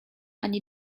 ani